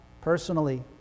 personally